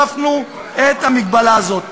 אנחנו כאן הוספנו את המגבלה הזאת.